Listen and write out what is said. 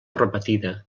repetida